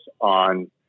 on